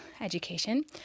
education